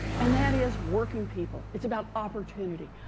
and that is working people. it's about opportunity.